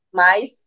mas